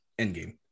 Endgame